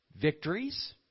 victories